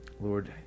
Lord